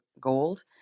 Gold